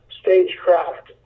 stagecraft